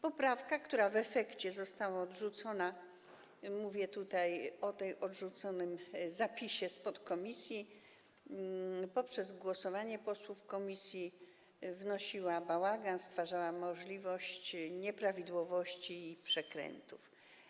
Poprawka, która w efekcie została odrzucona - mówię tutaj o tym odrzuconym zapisie z podkomisji - poprzez głosowanie posłów komisji, wnosiła bałagan i stwarzała możliwość powstania nieprawidłowości i przekrętów.